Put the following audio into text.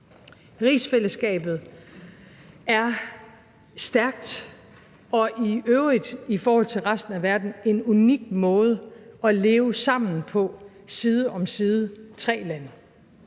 Rigsfællesskabet er stærkt og i øvrigt i forhold til resten af verden en unik måde at leve sammen på side om side tre lande.